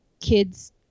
kids